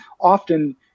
Often